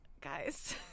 guys